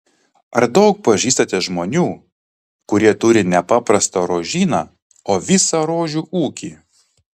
ar daug pažįstate žmonių kurie turi ne paprastą rožyną o visą rožių ūkį